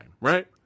right